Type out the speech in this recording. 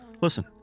Listen